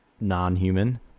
non-human